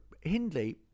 Hindley